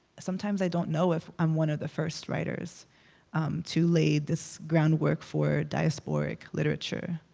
sometimes i don't know if i'm one of the first writers to lay this groundwork for diasporic literature